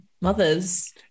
Mothers